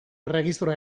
erregistroa